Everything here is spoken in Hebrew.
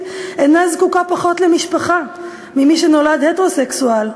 אינם זקוקים פחות למשפחה ממי שנולד הטרוסקסואל.